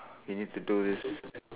you need to do this